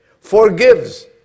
forgives